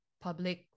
public